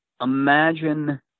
imagine